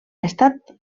estat